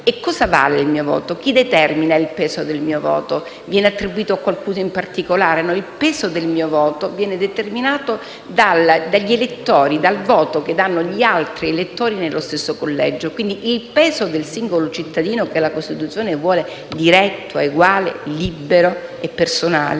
Cosa vale il mio voto? Chi determina il peso del mio voto? Viene attribuito a qualcuno in particolare? Il peso del mio voto viene determinato dal voto che danno gli altri elettori nello stesso collegio. Quindi il peso del voto del singolo cittadino, che la Costituzione vuole diretto, eguale, libero e personale,